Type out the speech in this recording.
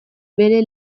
bere